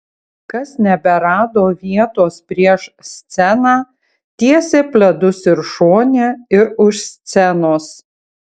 kas neberado vietos prieš sceną tiesė pledus ir šone ir už scenos